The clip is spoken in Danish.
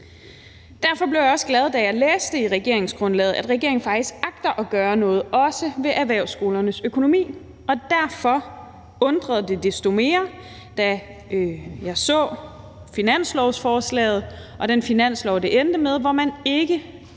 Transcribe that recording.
Derfor blev jeg også glad, da jeg læste i regeringsgrundlaget, at regeringen faktisk også agter at gøre noget ved erhvervsskolernes økonomi. Og derfor undrede det mig desto mere, da jeg så finanslovsforslaget og den finanslov, som det endte med at blive, hvor man ikke